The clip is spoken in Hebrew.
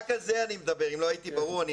רק על זה אני מדבר, אם לא הייתי ברור.